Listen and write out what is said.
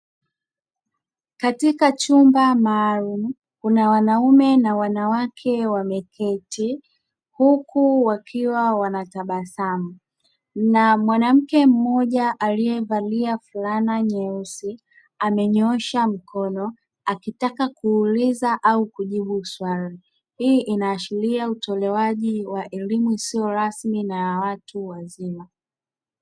Katika chumba maalumu, kuna wanaume na wanawake wameketi huku wakiwa wanatabasamu, na mwanamke mmoja aliyevalia fulana nyeusi amenyoosha mkono akitaka kuuliza au kujibu swali. Hii inaashiria utolewaji wa elimu isiyo rasmi na ya watu wazima.